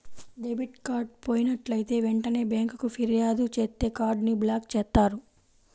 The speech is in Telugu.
డెబిట్ కార్డ్ పోయినట్లైతే వెంటనే బ్యేంకుకి ఫిర్యాదు చేత్తే కార్డ్ ని బ్లాక్ చేత్తారు